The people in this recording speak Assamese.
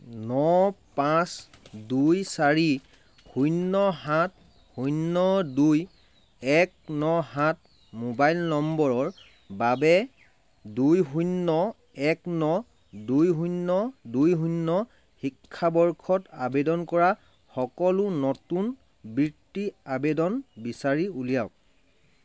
ন পাঁচ দুই চাৰি শূন্য সাত শূন্য দুই এক ন সাত মোবাইল নম্বৰৰ বাবে দুই শূন্য এক ন দুই শূন্য দুই শূন্য শিক্ষাবৰ্ষত আবেদন কৰা সকলো নতুন বৃত্তি আবেদন বিচাৰি উলিয়াওক